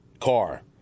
car